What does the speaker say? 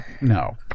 No